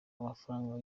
amafaranga